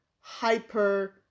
hyper